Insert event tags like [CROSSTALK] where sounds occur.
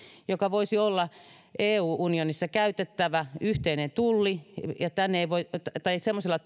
joka voisi olla euroopan unionissa käytettävä yhteinen tulli semmoisille [UNINTELLIGIBLE]